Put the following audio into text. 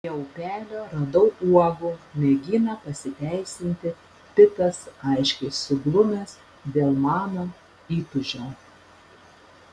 prie upelio radau uogų mėgina pasiteisinti pitas aiškiai suglumęs dėl mano įtūžio